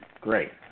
Great